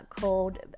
called